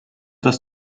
das